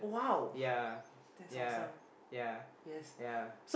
yeah yeah yeah yeah